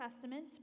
Testament